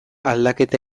aldaketa